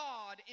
God